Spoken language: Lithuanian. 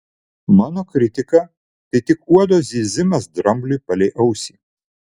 mano kritika tai tik uodo zyzimas drambliui palei ausį